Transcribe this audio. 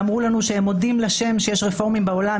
ואמרו לנו שהן מודות לשם שיש רפורמים בעולם,